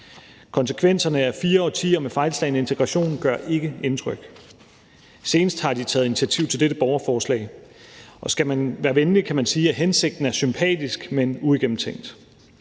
Konsekvenserne af fire årtier med fejlslagen integration gør ikke indtryk. Senest har de taget initiativ til dette borgerforslag, og skal man være venlig, kan man sige, at hensigten er sympatisk, men uigennemtænkt.